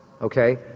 okay